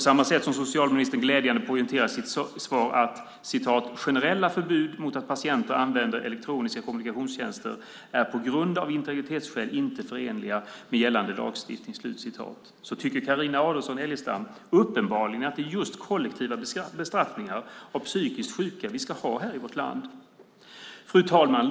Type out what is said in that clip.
Samtidigt som socialministern glädjande nog poängterar i sitt svar att "generella förbud mot att patienter använder elektroniska kommunikationstjänster är på grund av integritetsskäl inte förenliga med gällande lagstiftning" tycker Carina Adolfsson Elgestam uppenbarligen att vi ska ha just kollektiva bestraffningar av psykiskt sjuka i vårt land. Fru talman!